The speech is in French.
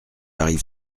arrive